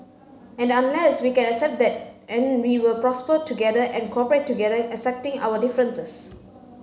and unless we can accept that and we will prosper together and cooperate together accepting our differences